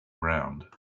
round